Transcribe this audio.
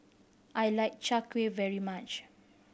I like Chai Kueh very much